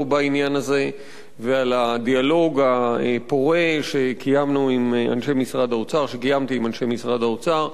בעניין הזה ועל הדיאלוג הפורה שקיימתי עם אנשי משרד האוצר.